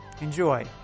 Enjoy